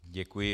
Děkuji.